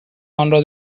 آنرا